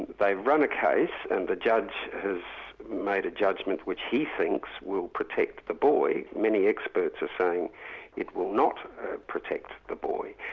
they've run a case and the judge has made a judgment which he thinks will protect the boy many experts are saying it will not ah protect the boy.